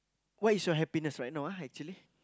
what is your happiness right now ah actually